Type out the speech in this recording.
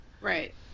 Right